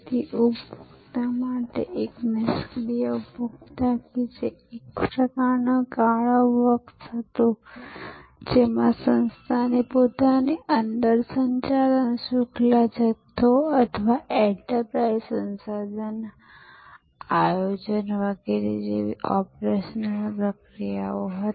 તેથી ઉપભોક્તા માટે એક નિષ્ક્રિય ઉપભોક્તા જે એક પ્રકારનો કાળો બોક્સ હતો જેમાં સંસ્થાની પોતાની અંદર સંચાલન શ્રૃંખલા જથ્થો અથવા એન્ટરપ્રાઇઝ સંસાધન આયોજન વગેરે જેવી ઓપરેશનલ પ્રક્રિયાઓ હતી